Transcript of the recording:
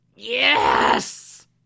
Yes